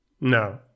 no